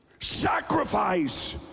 Sacrifice